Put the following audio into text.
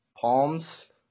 Palms